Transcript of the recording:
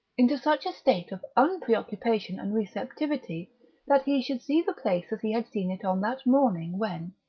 into such a state of unpreoccupation and receptivity that he should see the place as he had seen it on that morning when,